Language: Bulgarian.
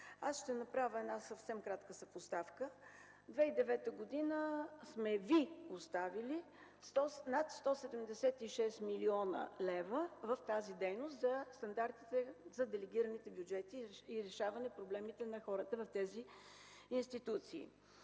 ще направя съвсем кратка съпоставка. През 2009 г. сме Ви оставили над 176 млн. лв. в тази дейност – за стандартите за делегираните бюджети и решаване проблемите на хората в тези институции.